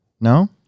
No